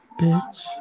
bitch